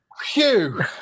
Phew